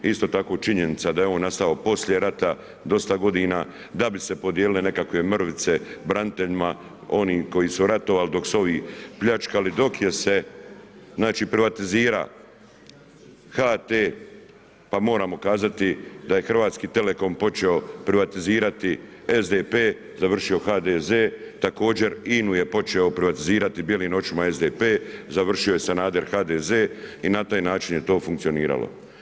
Isto tako činjenica je da je on nastao poslije rata dosta godina da bi se podijelile nekakve mrvice braniteljima, onim koji su ratovali dok su ovi pljačkali, dok je se, znači privatizirao HT, pa moramo kazati da je Hrvatski telekom počeo privatizirati SDP, završio HDZ, također INA-u je počeo privatizirati bijelim očima SDP, završio je Sanader HDZ i na taj način je to funkcioniralo.